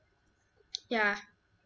ya